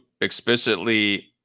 explicitly